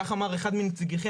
כך אמר אחד מנציגיכם.